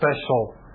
special